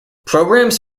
programs